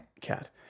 Cat